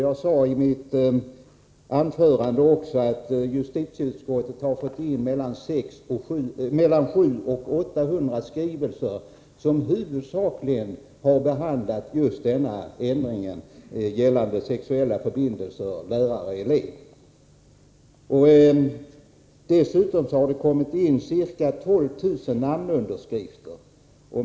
Jag sade i mitt huvudanförande att justitieutskottet har fått in mellan 700 och 800 skrivelser, som huvudsakligen har behandlat just ändringen gällande sexuella förbindelser lärare-elev. Dessutom har det kommit in ca 12 000 namnunderskrifter.